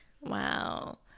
Wow